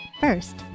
First